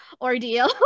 ordeal